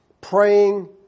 praying